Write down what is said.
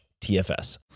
TFS